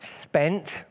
spent